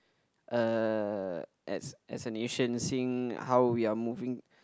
uh as as a nation seeing how we are moving